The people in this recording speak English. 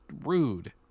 rude